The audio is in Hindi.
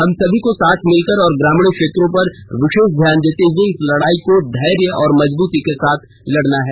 हम सभी को साथ मिलकर और ग्रामीणों क्षेत्रों पर विशेष ध्यान देते हुए इस लड़ाई को धैर्य और मजबूती के साथ लड़ना है